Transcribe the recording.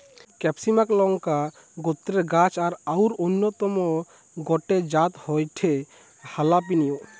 ক্যাপসিমাক লংকা গোত্রের গাছ আর অউর অন্যতম গটে জাত হয়ঠে হালাপিনিও